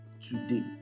today